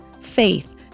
Faith